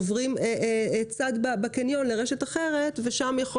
עוברים צד בקניון לרשת אחרת ושם יכול